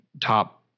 top